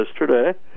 yesterday